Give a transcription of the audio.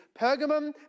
Pergamum